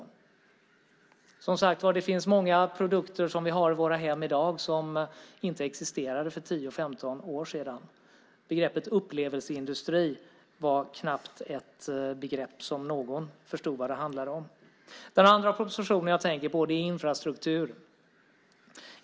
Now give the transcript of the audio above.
Det finns många produkter i våra hem i dag som inte existerade för 10-15 år sedan. Begreppet upplevelseindustri var ett begrepp som knappt någon förstod vad det handlade om. Den andra propositionen jag tänker på är infrastruktur.